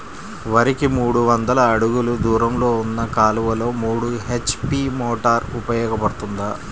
వరికి మూడు వందల అడుగులు దూరంలో ఉన్న కాలువలో మూడు హెచ్.పీ మోటార్ ఉపయోగపడుతుందా?